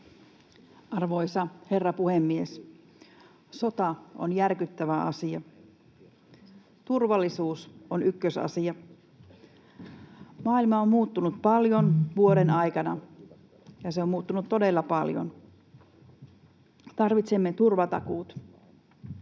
Arvoisa herra puhemies! Sota on järkyttävä asia. Turvallisuus on ykkösasia. Maailma on muuttunut paljon vuoden aikana, ja se on muuttunut todella paljon. Tarvitsemme turvatakuut.